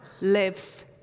lives